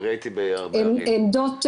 הם לא משתמשים באינטרנט,